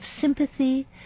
sympathy